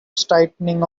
tightening